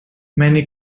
many